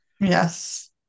Yes